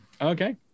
Okay